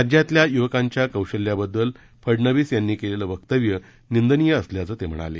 राज्यातल्या युवकांच्या कौशल्याबद्दल फडनवीस यांनी केलेलं वक्तव्य निंदनीय असल्याचं ते म्हणाले